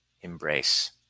embrace